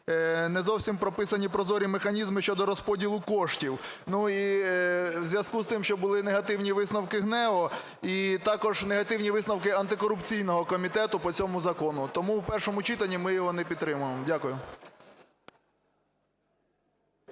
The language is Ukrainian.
не зовсім прописані прозорі механізми щодо розподілу коштів. І в зв'язку з тим, що були негативні висновку ГНЕУ і також негативні висновки антикорупційного комітету по цьому закону, тому в першому читанні ми його не підтримуємо. Дякую.